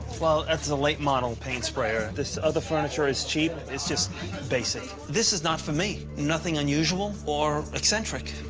well, that's a late model paint sprayer. this other furniture is cheap. it's just basic. this is not for me. nothing unusual or eccentric.